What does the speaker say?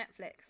Netflix